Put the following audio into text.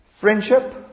friendship